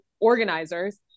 organizers